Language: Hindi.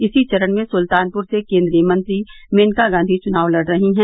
इसी चरण में सुल्तानपुर से केन्द्रीय मंत्री मेनका गांधी चुनाव लड़ रही हैं